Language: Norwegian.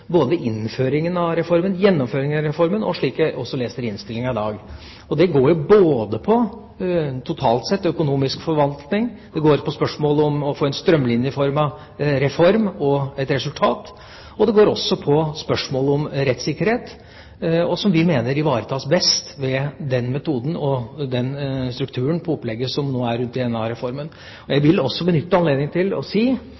både ved innføringa av reformen, gjennomføringa av reformen, og slik jeg også leser innstillinga i dag. Det går både på økonomisk forvaltning totalt sett, det går på spørsmålet om å få en strømlinjeformet reform og et resultat, og det går på spørsmålet om rettssikkerhet, som vi mener ivaretas best ved den metoden og den strukturen på opplegget som man nå har med DNA-reformen. Jeg vil også benytte anledningen til å si